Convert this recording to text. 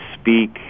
speak